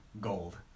gold